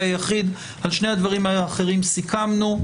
היחיד ועל שני הדברים האחרים סיכמנו.